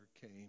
came